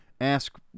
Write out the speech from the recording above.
ask